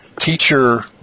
teacher